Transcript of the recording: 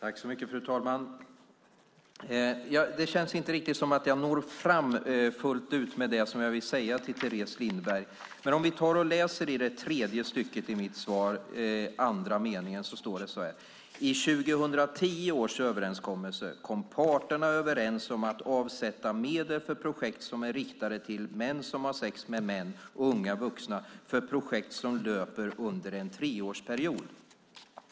Fru talman! Det känns inte som att jag når fram fullt ut med det som jag vill säga till Teres Lindberg. Jag kan läsa i det tredje stycket i mitt svar, andra meningen, där det står så här: "I 2010 års överenskommelse kom parterna överens om att avsätta medel för projekt som är riktade till MSM och unga vuxna för projekt som löper under en treårsperiod."